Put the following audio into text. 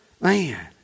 Man